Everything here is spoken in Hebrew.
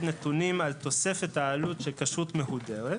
נתונים על תוספת העלות של כשרות מהודרת.